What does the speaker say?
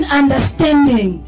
understanding